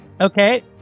Okay